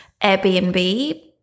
Airbnb